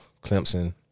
Clemson